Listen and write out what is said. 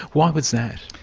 why was that?